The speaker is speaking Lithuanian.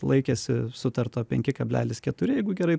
laikėsi sutarto penki kablelis keturi jeigu gerai